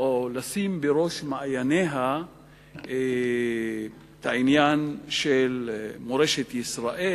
לשים בראש מעייניה את העניין של מורשת ישראל,